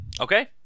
Okay